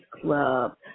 club